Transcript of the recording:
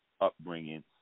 upbringing